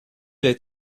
est